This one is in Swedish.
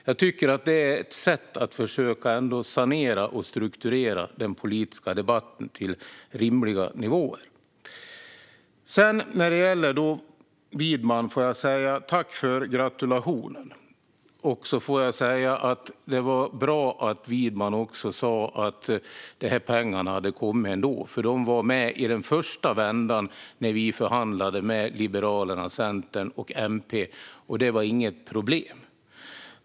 Jag tycker att det är ett sätt att försöka sanera och strukturera den politiska debatten till rimliga nivåer. När det gäller Widman får jag säga: Tack för gratulationen! Jag får också säga att det var bra att Widman sa att dessa pengar hade kommit ändå. De var nämligen med i den första vändan när vi förhandlade med Liberalerna, Centern och MP, och det var inget problem.